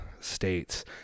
states